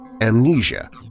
amnesia